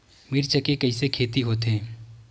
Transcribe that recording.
मिर्च के कइसे खेती होथे?